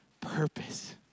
purpose